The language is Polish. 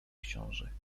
książek